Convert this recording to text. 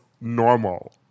normal